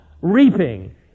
reaping